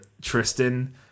Tristan